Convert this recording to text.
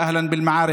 (אומר בערבית: